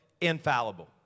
infallible